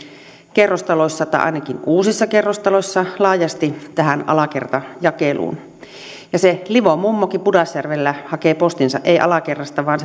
kerrostaloissa tai ainakin uusissa kerrostaloissa laajasti tähän alakertajakeluun se livon mummokin pudasjärvellä hakee postinsa ei alakerrasta vaan